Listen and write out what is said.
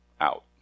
out